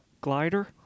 glider